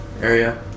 area